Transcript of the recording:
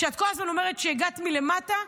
את כל הזמן אומרת שהגעת מלמטה,